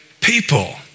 people